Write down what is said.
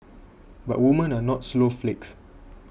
but women are not snowflakes